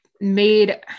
made